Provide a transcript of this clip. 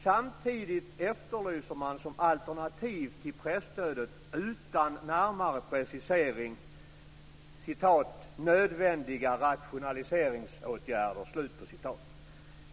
Samtidigt efterlyser man som alternativ till presstödet utan närmare precisering "nödvändiga rationaliseringsåtgärder".